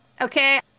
Okay